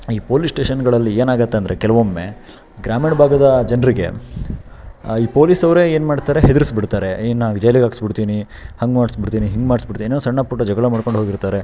ಈ ಪೊಲೀಸ್ ಸ್ಟೇಷನ್ಗಳಲ್ಲಿ ಏನಾಗುತ್ತೆ ಅಂದರೆ ಕೆಲವೊಮ್ಮೆ ಗ್ರಾಮೀಣ ಭಾಗದ ಜನರಿಗೆ ಈ ಪೋಲೀಸವ್ರೇ ಏನು ಮಾಡ್ತಾರೆ ಹೆದ್ರಿಸಿ ಬಿಡ್ತಾರೆ ಏನಾಗಿ ಜೈಲಿಗೆ ಹಾಕ್ಸ್ಬಿಡ್ತೀನಿ ಹಂಗೆ ಮಾಡಿಸ್ಬಿಡ್ತೀನಿ ಹಿಂಗೆ ಮಾಡಿಸ್ಬಿಡ್ತೀನಿ ಏನೋ ಸಣ್ಣ ಪುಟ್ಟ ಜಗಳ ಮಾಡ್ಕೊಂಡು ಹೋಗಿರ್ತಾರೆ